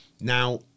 Now